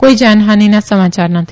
કોઈ જાનહાનીના સમાચાર નથી